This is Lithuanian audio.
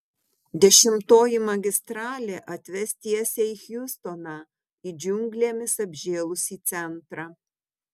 dešimtoji magistralė atves tiesiai į hjustoną į džiunglėmis apžėlusį centrą